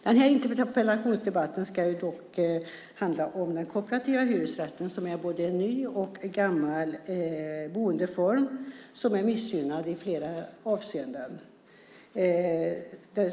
Den här interpellationsdebatten ska dock handla om den kooperativa hyresrätten, en både ny och gammal boendeform som är missgynnad i flera avseenden.